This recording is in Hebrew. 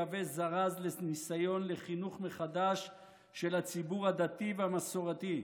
יהווה זרז לניסיון לחינוך מחדש של הציבור הדתי והמסורתי.